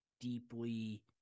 deeply